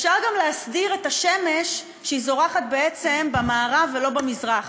אפשר גם להסדיר שהשמש זורחת בעצם במערב ולא במזרח,